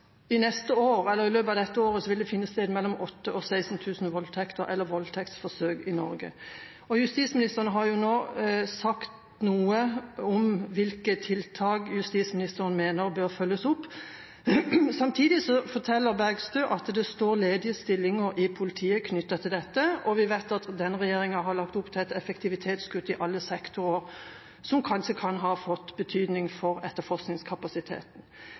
i løpet av dette året vil det finne sted mellom 8 000 og 16 000 voldtekter eller voldtektsforsøk i Norge. Justisministeren har nå sagt noe om hvilke tiltak justisministeren mener bør følges opp. Samtidig forteller Bergstø at det står ledige stillinger i politiet knyttet til dette, og vi vet at denne regjeringa har lagt opp til et effektivitetskutt i alle sektorer, som kanskje kan ha fått betydning for etterforskningskapasiteten.